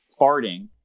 farting